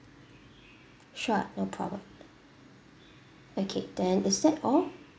sure no problem okay then is that all